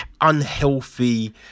unhealthy